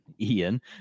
Ian